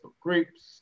groups